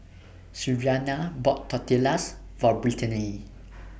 Sylvania bought Tortillas For Britany